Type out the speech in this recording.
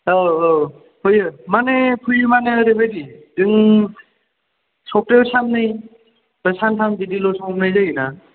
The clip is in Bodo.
औ औ फैयो मानि फैयो मानि ओरैबादि जों सप्तायाव सान्नै बा सानथाम बिदिल'सो हमनाय जायोना